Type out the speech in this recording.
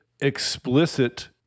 explicit